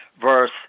verse